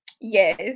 Yes